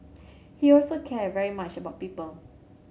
he also cared very much about people